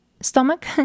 stomach